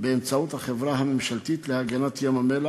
כבר למעלה משנה,